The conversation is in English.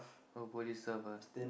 oh poly stuff ah